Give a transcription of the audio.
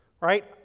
right